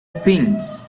films